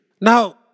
Now